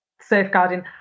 safeguarding